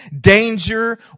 danger